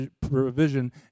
provision